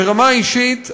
ברמה אישית,